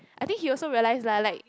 I think he also realise lah like